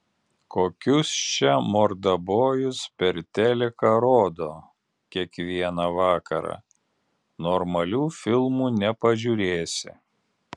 kokius čia mordabojus per teliką rodo kiekvieną vakarą normalių filmų nepažiūrėsi